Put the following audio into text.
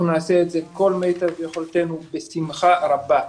אנחנו נעשה את כל מיטב יכולתו בשמחה רבה.